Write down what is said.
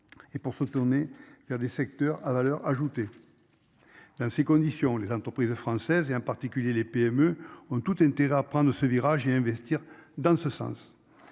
Et pour se tourner vers des secteurs à valeur ajoutée. Dans ces conditions les entreprises françaises et en particulier les PME ont tout intérêt à prendre ce virage et investir dans ce sens.